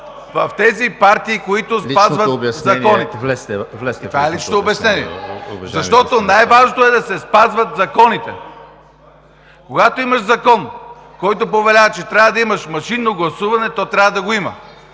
е лично обяснение. Защото най важното е да се спазват законите. Когато имаш закон, който повелява, че трябва да имаш машинно гласуване, то трябва да го има.